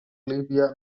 líbia